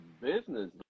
business